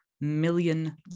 million